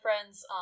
friends